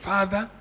Father